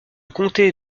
comté